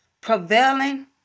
Prevailing